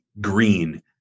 green